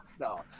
No